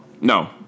No